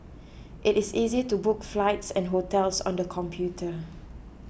it is easy to book flights and hotels on the computer